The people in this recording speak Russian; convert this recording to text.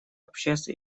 обществ